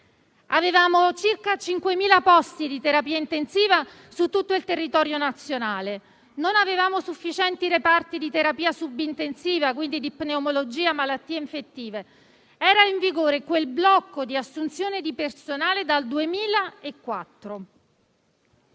Avevamo circa 5.000 posti di terapia intensiva su tutto il territorio nazionale; non avevamo sufficienti reparti di terapia subintensiva, quindi di pneumologia e malattie infettive; era in vigore il blocco di assunzione di personale dal 2004.